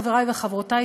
חברי וחברותי,